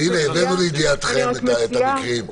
אז, הנה, הבאנו לידיעתכם את המקרים.